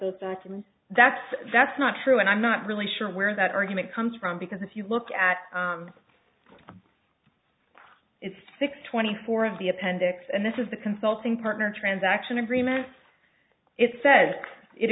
those documents that's that's not true and i'm not really sure where that argument comes from because if you look at it six twenty four of the appendix and this is the consulting partner transaction agreement it said it